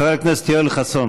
חבר הכנסת יואל חסון,